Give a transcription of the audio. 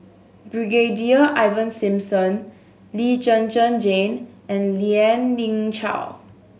Brigadier Ivan Simson Lee Zhen Zhen Jane and Lien Ying Chow